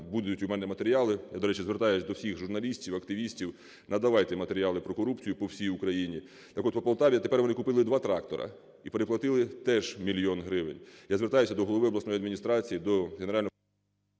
будуть у мене матеріали, я, до речі, звертаюся до всіх журналістів, активістів, надавайте матеріали про корупцію по всій Україні. Так от, по Полтаві, тепер вони купили два трактори - і переплатили теж мільйон гривень. Я звертаюся до голови обласної адміністрації, до...